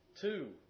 Two